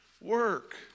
work